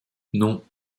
non